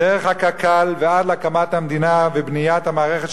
דרך הקק"ל ועד הקמת המדינה ובניית המערכת של